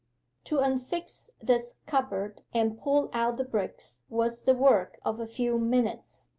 to unfix this cupboard and pull out the bricks was the work of a few minutes.